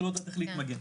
שלא יודעת איך להתמגן.